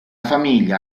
famiglia